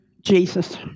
Jesus